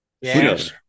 Yes